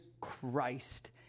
Christ